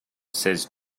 says